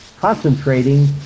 concentrating